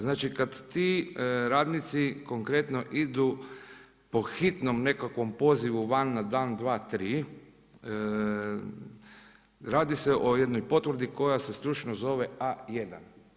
Znači kad ti radnici konkretno idu po hitnom nekakvom pozivu van na dan, dva, tri radi se o jednoj potvrdi koja se stručno zove A1.